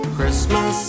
Christmas